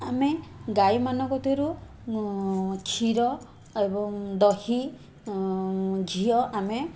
ଆମେ ଗାଈମାନଙ୍କଠାରୁ କ୍ଷୀର ଏବଂ ଦହି ଘିଅ ଆମେ